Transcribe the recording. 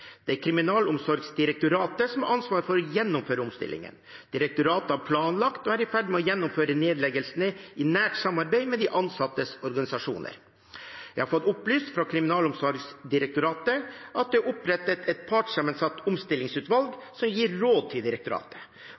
Det er Kriminalomsorgsdirektoratet som har ansvar for å gjennomføre omstillingen. Direktoratet har planlagt og er i ferd med å gjennomføre nedleggelsene i nært samarbeid med de ansattes organisasjoner. Jeg har fått opplyst fra Kriminalomsorgsdirektoratet at det er opprettet et partssammensatt omstillingsutvalg som gir råd til direktoratet.